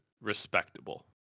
respectable